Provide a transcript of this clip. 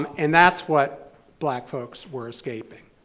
um and that's what black folks were escaping.